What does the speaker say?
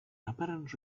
apparent